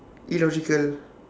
illogical